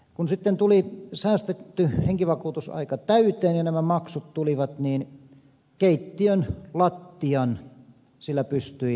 kun sitten tuli säästettyä henkivakuutus aika täyteen ja nämä maksut tulivat niin keittiön lattian sillä pystyi laittamaan